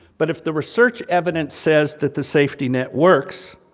but, if the research evidence says that the safety net works,